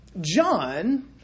John